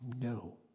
No